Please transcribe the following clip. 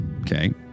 Okay